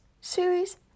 series